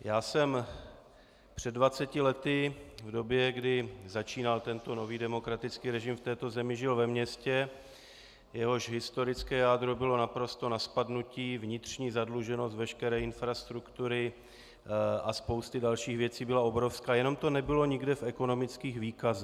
Já jsem před dvaceti lety v době, kdy začínal tento nový demokratický režim v této zemi, žil ve městě, jehož historické jádro bylo naprosto na spadnutí, vnitřní zadluženost veškeré infrastruktury a spousty dalších věcí byla obrovská jenom to nebylo nikde v ekonomických výkazech.